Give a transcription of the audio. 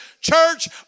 Church